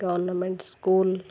government school